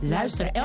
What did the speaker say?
Luister